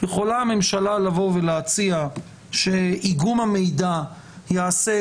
יכולה הממשלה לבוא ולהציע שאיגום המידע ייעשה